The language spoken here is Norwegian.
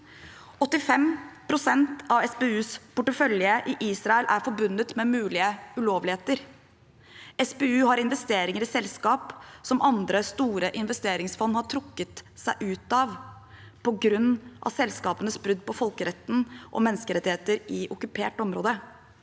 85 pst. av SPUs portefølje i Israel er forbundet med mulige ulovligheter. SPU har investeringer i selskap som andre store investeringsfond har trukket seg ut av på grunn av selskapenes brudd på folkeretten og menneskerettigheter i okkupert område.